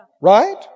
Right